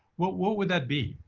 what what would that be?